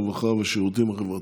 הרווחה והשירותים החברתיים.